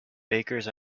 bakers